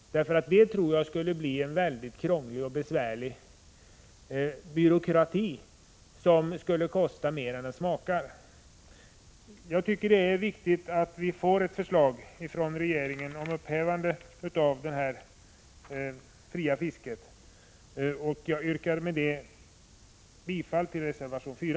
Jag tror att ett sådant avgiftssystem skulle leda till en väldigt krånglig och besvärlig byråkrati, som skulle kosta mer än den smakar. Jag tycker det är viktigt att vi får ett förslag från regeringen om upphävande av det fria fisket i enlighet med vår reservation. Med detta yrkar jag bifall till reservation 4.